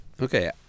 Okay